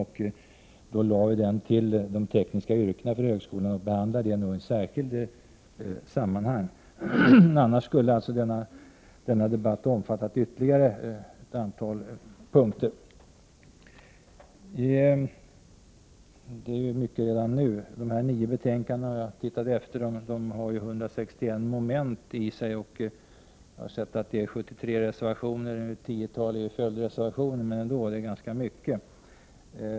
Den skall vi behandla tillsammans med andra tekniska yrken vid högskolorna i ett annat särskilt sammanhang. Annars skulle denna debatt ha omfattat ytterligare ett antal punkter. Det finns redan nu mycket att behandla. Dessa nio betänkanden innehåller 161 moment, och jag har sett att det finns 73 reservationer. Ett tiotal av dessa är följdreservationer, men det är ändå ganska många.